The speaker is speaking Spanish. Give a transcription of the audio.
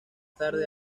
tarde